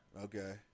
Okay